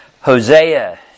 Hosea